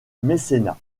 mécénat